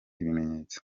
ibimenyetso